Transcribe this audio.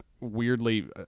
weirdly